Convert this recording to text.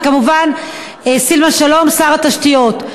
וכמובן לסילבן שלום שר התשתיות.